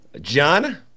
John